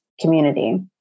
community